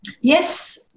yes